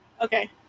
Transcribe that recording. okay